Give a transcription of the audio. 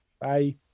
Bye